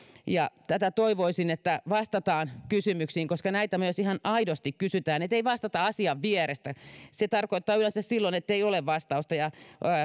toivoisin että vastataan kysymyksiin koska näitä myös ihan aidosti kysytään ja ettei vastata asian vierestä se tarkoittaa yleensä että silloin ei ole vastausta ja